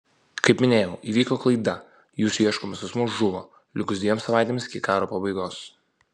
kaip minėjau įvyko klaida jūsų ieškomas asmuo žuvo likus dviem savaitėms iki karo pabaigos